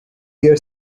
hear